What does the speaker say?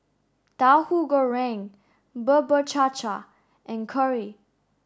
Tauhu Goreng Bubur Cha Cha and curry